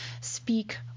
speak